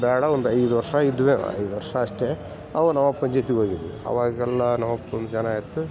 ಬೇಡ ಒಂದು ಐದು ವರ್ಷ ಇದ್ವೆ ಐದು ವರ್ಷ ಅಷ್ಟೇ ಆವಾಗ ನಮ್ಮಪ್ಪನ ಜೊತೆ ಹೋಗಿದ್ವಿ ಅವಾಗೆಲ್ಲ ನಾವು ಫುಲ್ ಜನ ಆಯಿತು